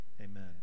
amen